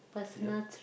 yep